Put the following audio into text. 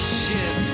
ship